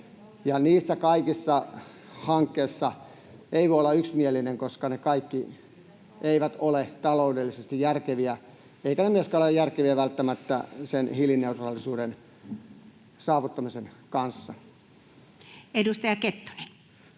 Niissä kaikissa hankkeissa ei voi olla yksimielinen, koska ne kaikki eivät ole taloudellisesti järkeviä eivätkä ne myöskään ole välttämättä järkeviä sen hiilineutraalisuuden saavuttamisen kanssa. [Speech